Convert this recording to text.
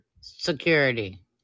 security